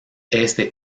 este